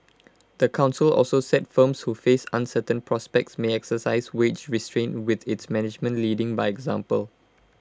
the Council also said firms who face uncertain prospects may exercise wage restraint with its management leading by example